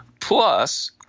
Plus